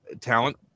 Talent